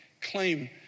claim